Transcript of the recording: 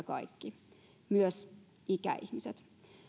kaikki myös ikäihmiset